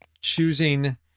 choosing